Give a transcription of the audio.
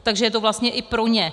Takže je to vlastně i pro ně.